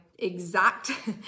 Exact